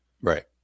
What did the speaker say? right